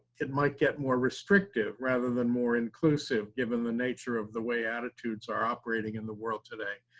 it might get more restrictive rather than more inclusive given the nature of the way attitudes are operating in the world today.